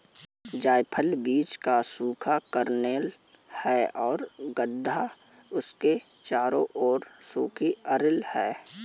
जायफल बीज का सूखा कर्नेल है और गदा इसके चारों ओर सूखी अरिल है